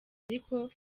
ariko